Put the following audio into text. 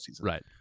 Right